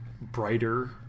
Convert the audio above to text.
brighter